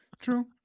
True